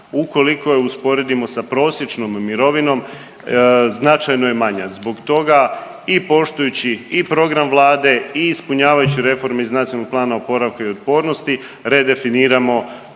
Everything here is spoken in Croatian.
ukoliko je usporedimo sa prosječnom mirovinom značajno je manja. Zbog toga i poštujući i program vlade i ispunjavajući reforme iz NPOO-a redefiniramo